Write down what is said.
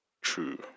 True